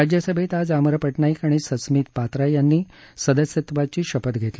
राज्यसभेत आज अमर पटनाईक आणि सस्मित पात्रा यांनी आज सदस्यत्वाची शपथ घेतली